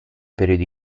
periodo